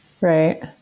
Right